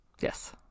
Yes